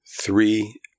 three